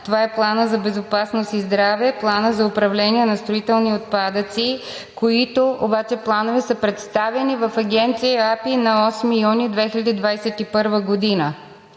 Това е Планът за безопасност и здраве и Планът за управление на строителни отпадъци, които обаче планове са представени в АПИ на 8 юни 2021 г.